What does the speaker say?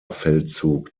feldzug